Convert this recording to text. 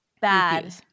bad